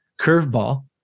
Curveball